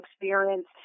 experience